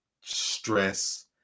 stress